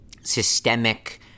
systemic